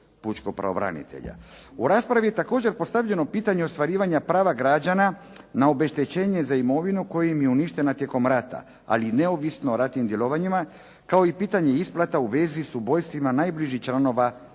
U raspravi je također postavljano pitanje ostvarivanja prava građana na obeštećenje za imovinu koja im je uništena tijekom rata, ali neovisno o ratnim djelovanjima, kao i pitanje isplata u vezi s ubojstvima najbližih članova obitelji.